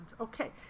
Okay